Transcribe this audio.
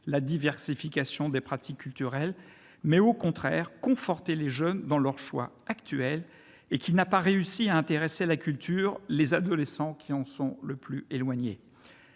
la diversification des pratiques culturelles, mais, au contraire, qu'il a conforté les jeunes dans leurs choix actuels, échouant à intéresser à la culture les adolescents qui en sont les plus éloignés.